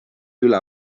üle